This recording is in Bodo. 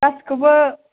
गासैखौबो